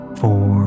four